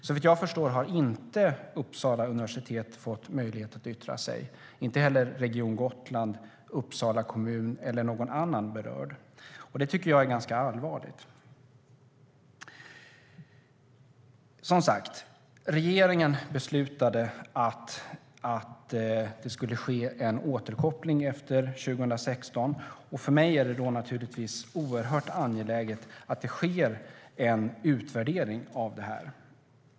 Såvitt jag förstår har Uppsala universitet inte fått möjlighet att yttra sig, inte heller Region Gotland, Uppsala kommun eller någon annan berörd. Det tycker jag är ganska allvarligt. Som sagt, regeringen beslutade att det skulle ske en återkoppling efter 2016. För mig är det då naturligtvis angeläget att det sker en utvärdering av detta.